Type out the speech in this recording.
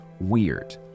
Weird